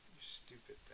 stupid